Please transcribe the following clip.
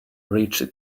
reached